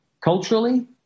culturally